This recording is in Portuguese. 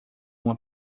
uma